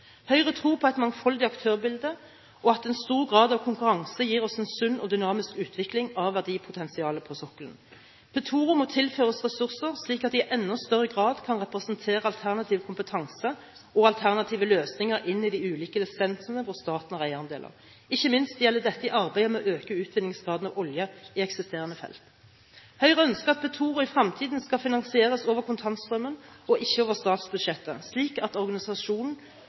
Høyre tror på et mangfoldig aktørbilde og at en stor grad av konkurranse gir oss en sunn og dynamisk utvikling av verdipotensialet på sokkelen. Petoro må tilføres ressurser slik at de i enda større grad kan representere alternativ kompetanse og alternative løsninger inn i de ulike lisensene hvor staten har eierandeler – ikke minst gjelder dette i arbeidet med å øke utvinningsgraden av olje i eksisterende felt. Høyre ønsker at Petoro i fremtiden skal finansieres over kontantstrømmen og ikke over statsbudsjettet, slik at organisasjonen